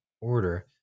order